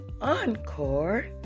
encore